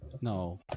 No